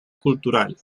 cultural